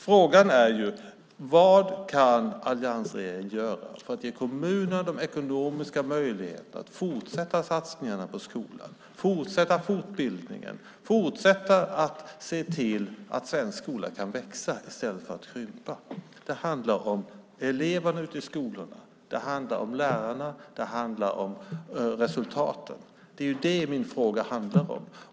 Frågan är: Vad kan alliansregeringen göra för att ge kommunerna ekonomiska möjligheter att fortsätta satsningarna på skolan, fortsätta fortbildningen och fortsätta att se till att svensk skola kan växa i stället för att krympa? Det handlar om eleverna ute i skolorna, det handlar om lärarna och det handlar om resultaten. Det är det min fråga handlar om.